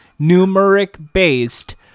numeric-based